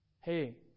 Hey